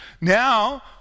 Now